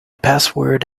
password